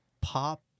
pop